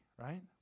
Right